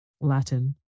Latin